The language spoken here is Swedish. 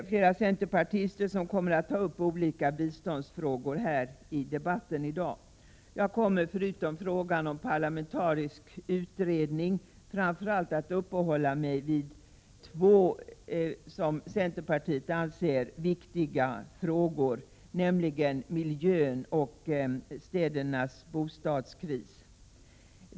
Flera centerpartister kommer att ta upp olika biståndsfrågor i debatten i dag. Jag kommer, förutom att ta upp frågan om en parlamentarisk utredning, framför allt att uppehålla mig vid två enligt centerpartiet viktiga frågor, nämligen miljön och bostadskrisen i städerna.